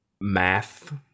math